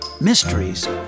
Mysteries